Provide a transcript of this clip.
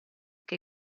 che